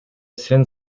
сен